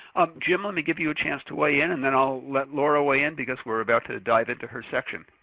jim, let me give you a chance to weigh in, and then i'll let laura weigh in, because we're about to dive into her section.